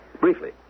Briefly